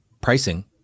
pricing